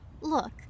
Look